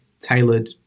tailored